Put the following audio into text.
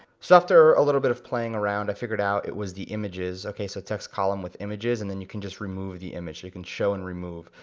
so after a little bit of playing around, i figured out it was the images, okay so text column with images, and then you can just remove the image, so you can show and remove.